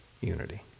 unity